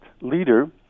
leader